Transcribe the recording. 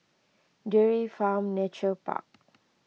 Dairy Farm Nature Park